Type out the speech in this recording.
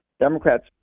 Democrats